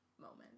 moment